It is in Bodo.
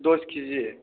दस के जि